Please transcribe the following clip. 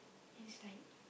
it's like